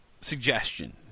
suggestion